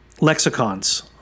lexicons